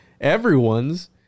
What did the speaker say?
everyone's